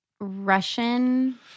Russian